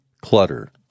clutter